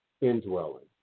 indwelling